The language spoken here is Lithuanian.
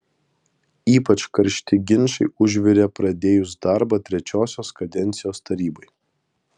ypač karšti ginčai užvirė pradėjus darbą trečiosios kadencijos tarybai